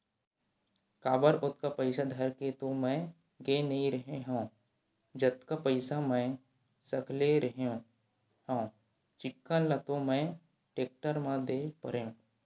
काबर ओतका पइसा धर के तो मैय गे नइ रेहे हव जतका पइसा मै सकले रेहे हव चिक्कन ल तो मैय टेक्टर म दे परेंव